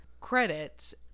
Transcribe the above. credits